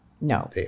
No